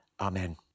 amen